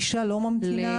אישה לא ממתינה.